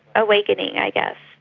awakening i guess.